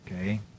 okay